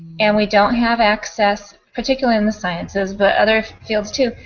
and we don't have access particularly in the sciences but other fields, too,